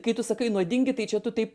kai tu sakai nuodingi tai čia tu taip